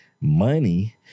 money